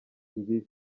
ibibi